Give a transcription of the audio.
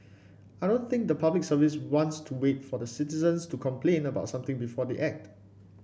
I don't think the Public Service wants to wait for citizens to complain about something before they act